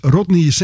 Rodney